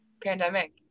pandemic